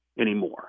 anymore